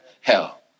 hell